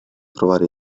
trovare